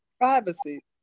privacy